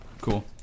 cool